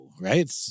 right